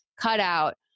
cutout